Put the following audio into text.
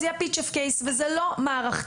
זה יהיה פיצ'יפקס, וזה לא מערכתי.